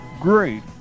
great